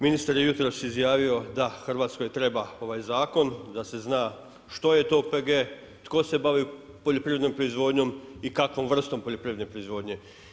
Ministar je jutros izjavio da Hrvatskoj treba ovaj zakon, da se zna što je to OPG, tko se bavi poljoprivrednom proizvodnjom i kakvom vrstom poljoprivredne proizvodnje.